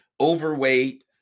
overweight